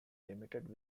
limited